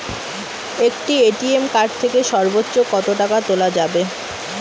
একটি ATM card থেকে সর্বোচ্চ কত টাকা তোলা যাবে?